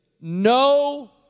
no